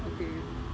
okay